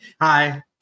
Hi